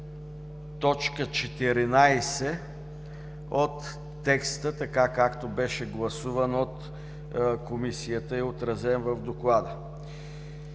точка 14 от текста, така както беше гласуван от Комисията и отразен в Доклада.